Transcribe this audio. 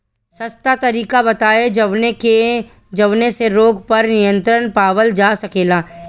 सस्ता तरीका बताई जवने से रोग पर नियंत्रण पावल जा सकेला?